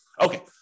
Okay